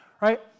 right